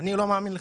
אני לא מאמינה לך.